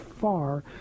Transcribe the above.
far